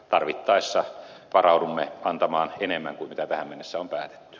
tarvittaessa varaudumme antamaan enemmän kuin tähän mennessä on päätetty